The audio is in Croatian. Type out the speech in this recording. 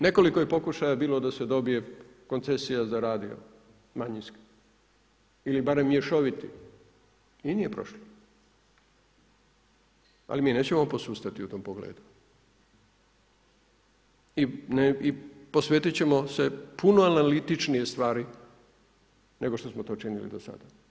Nekoliko je pokušaja bilo da se dobije koncesija za radio, manjinski ili barem mješoviti i nije prošlo, ali mi nećemo posustati u tom pogledu i posvetiti ćemo se puno analitičnije stvari nego što smo to činili do sada.